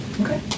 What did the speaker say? Okay